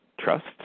Trust